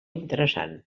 interessant